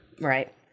right